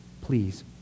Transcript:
Please